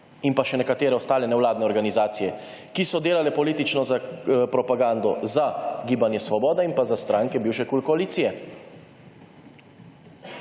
in pa še nekatere ostale nevladne organizacije, ki so delale politično za propagando za Gibanje Svoboda in pa za stranke bivše KUL koalicije.